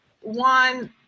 one